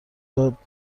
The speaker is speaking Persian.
داد